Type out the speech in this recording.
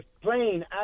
plane